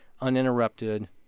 uninterrupted